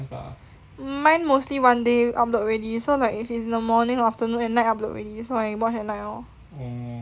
mine mostly one day upload already so like if is in the morning or afternoon at night upload already so I watch at night lor